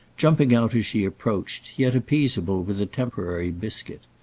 jumping out as she approached, yet appeasable with a temporary biscuit.